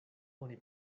oni